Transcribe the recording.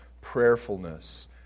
prayerfulness